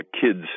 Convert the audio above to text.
kids